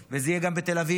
וזה יהיה גם בתל אביב,